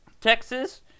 Texas